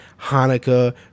Hanukkah